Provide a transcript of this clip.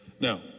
Now